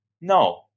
No